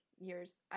years